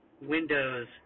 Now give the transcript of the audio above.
Windows